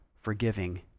forgiving